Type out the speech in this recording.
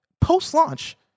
post-launch